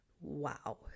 Wow